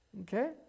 Okay